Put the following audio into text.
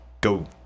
go